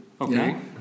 okay